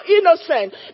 innocent